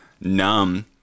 numb